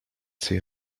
see